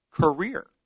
career